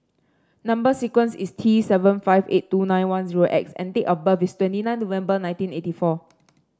number sequence is T seven five eight two nine one zero X and date of birth is twenty nine November nineteen eighty four